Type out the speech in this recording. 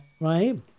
Right